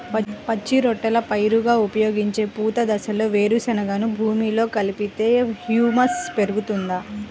పచ్చి రొట్టెల పైరుగా ఉపయోగించే పూత దశలో వేరుశెనగను భూమిలో కలిపితే హ్యూమస్ పెరుగుతుందా?